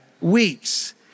weeks